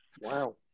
wow